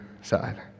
side